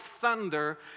thunder